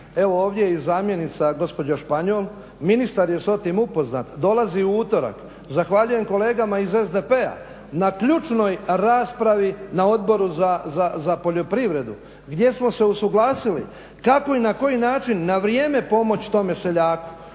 evo ovdje je i zamjenica gospođa Španjol, ministar je sa tim upoznat, dolazi u utorak. Zahvaljujem kolegama iz SDP-a na ključnoj raspravi na Odboru za poljoprivredu gdje smo se usuglasili kako i na koji način na vrijeme pomoći tome seljaku,